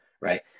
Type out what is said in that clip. right